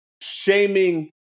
shaming